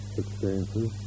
experiences